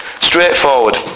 straightforward